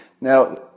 Now